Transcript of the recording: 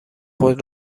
خود